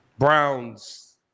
Brown's